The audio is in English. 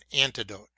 antidote